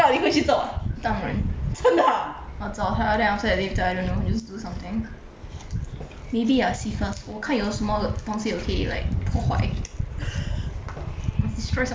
当然我找他 then after that later I don't know just do something maybe ah see first 我看有什么东西我可以 like 破坏 must destroy something [one]